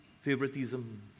favoritism